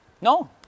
No